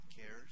cares